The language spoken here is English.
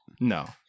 No